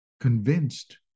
convinced